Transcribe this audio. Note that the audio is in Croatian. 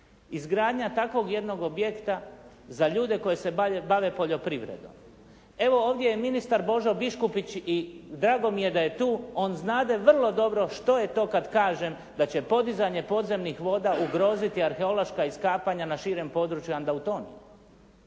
izgradnja takvog jednog objekta za ljude koji se bave poljoprivredom. Evo ovdje je ministar Božo Biškupić i drago mi je da je tu, on znade vrlo dobro što je to kad kažem da će podizanje podzemnih voda ugroziti arheološka iskapanja na širem području Andautonije.